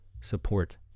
support